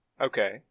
Okay